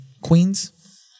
queens